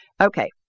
Okay